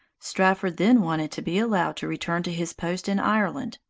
strafford then wanted to be allowed to return to his post in ireland,